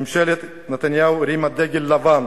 ממשלת נתניהו הרימה דגל לבן